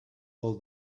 all